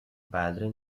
padre